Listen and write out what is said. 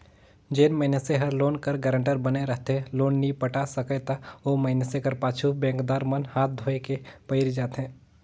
जेन मइनसे हर लोन कर गारंटर बने रहथे लोन नी पटा सकय ता ओ मइनसे कर पाछू बेंकदार मन हांथ धोए के पइर जाथें